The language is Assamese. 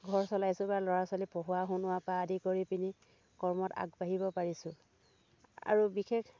ঘৰ চলাইছোঁ বা ল'ৰা ছোৱালী পঢ়োৱা শুনোৱাৰ পৰা আদি কৰি পিনি কৰ্মত আগবাঢ়িব পাৰিছোঁ আৰু বিশেষ